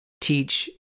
teach